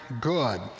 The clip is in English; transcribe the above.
good